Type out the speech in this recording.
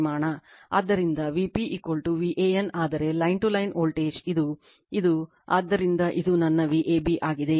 ಆದ್ದರಿಂದ Vp VAN ಆದರೆ line to line voltage ಇದು ಇದು ಆದ್ದರಿಂದ ಇದು ನನ್ನ Vab ಆಗಿದೆ